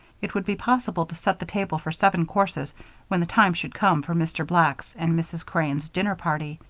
it would be possible to set the table for seven courses when the time should come for mr. black's and mrs. crane's dinner party,